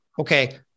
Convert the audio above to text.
okay